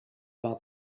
vingt